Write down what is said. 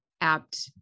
apt